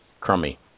crummy